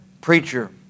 preacher